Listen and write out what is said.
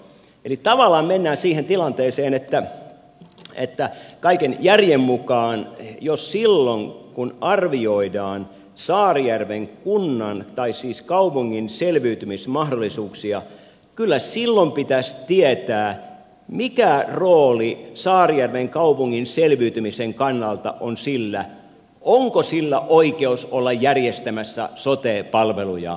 eli tavallaan mennään siihen tilanteeseen että kaiken järjen mukaan jo silloin kun arvioidaan saarijärven kaupungin selviytymismahdollisuuksia pitäisi tietää mikä rooli saarijärven kaupungin selviytymisen kannalta on sillä onko sillä oikeus olla järjestämässä sote palveluja vaiko ei